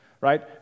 right